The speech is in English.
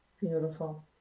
Beautiful